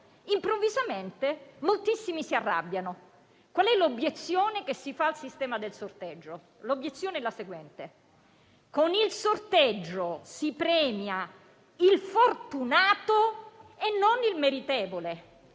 improvvisamente moltissimi si arrabbiano. Qual è l'obiezione che si fa al sistema del sorteggio? È la seguente: con il sorteggio si premia il fortunato e non il meritevole.